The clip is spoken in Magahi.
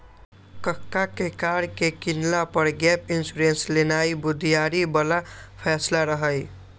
कक्का के कार के किनला पर गैप इंश्योरेंस लेनाइ बुधियारी बला फैसला रहइ